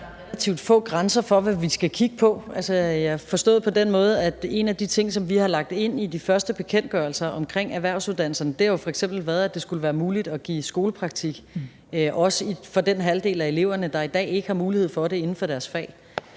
der er relativt få grænser for, hvad vi skal kigge på – forstået på den måde, at en af de ting, vi har lagt ind i de første bekendtgørelser om erhvervsuddannelserne, jo f.eks. har været, at det skal være muligt at give skolepraktik, også til den halvdel af eleverne, der i dag ikke har mulighed for det inden for deres fag.